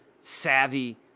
Savvy